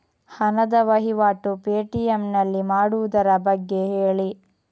ಹಣದ ವಹಿವಾಟು ಪೇ.ಟಿ.ಎಂ ನಲ್ಲಿ ಮಾಡುವುದರ ಬಗ್ಗೆ ಹೇಳಿ